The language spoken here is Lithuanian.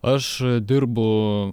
aš dirbu